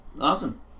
Awesome